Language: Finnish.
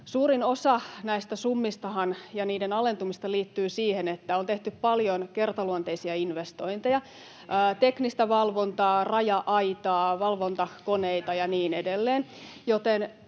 suurin osa näistä summistahan ja niiden alentumisista liittyy siihen, että on tehty paljon kertaluonteisia investointeja: teknistä valvontaa, raja-aitaa, valvontakoneita ja niin edelleen,